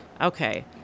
Okay